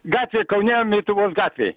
gatvė kaune mituvos gatvėj